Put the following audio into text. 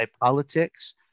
politics